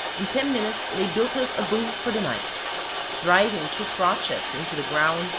in ten minutes they built us a booth for the night driving two crotchets into the ground,